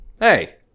Hey